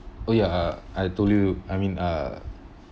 oh ya uh I told you I mean uh